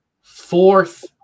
fourth